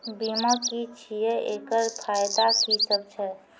बीमा की छियै? एकरऽ फायदा की सब छै?